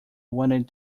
wanted